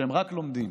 שהם רק לומדים.